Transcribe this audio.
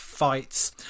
fights